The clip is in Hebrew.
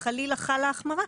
אם חלילה חלה החמרה,